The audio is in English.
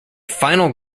final